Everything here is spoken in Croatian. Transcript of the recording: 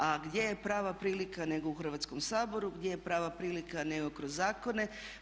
A gdje je prava prilika nego u Hrvatskom saboru, gdje je prava prilika nego kroz zakone.